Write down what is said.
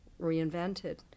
Reinvented